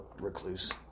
recluse